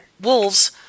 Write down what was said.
wolves